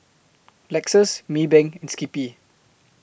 Lexus Maybank and Skippy